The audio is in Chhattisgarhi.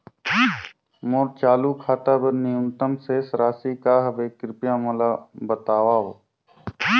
मोर चालू खाता बर न्यूनतम शेष राशि का हवे, कृपया मोला बतावव